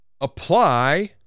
apply